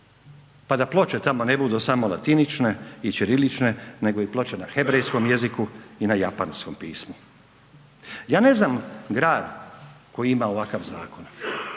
pa da ploče tamo ne budu samo latinične i ćirilične nego i ploče na hebrejskom jeziku i na japanskom pismu. Ja ne znam grad koji ima ovakav zakon.